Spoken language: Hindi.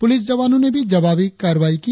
पुलिस जवानों ने भी जवाबी कार्रवाई की